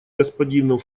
господину